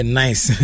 nice